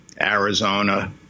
Arizona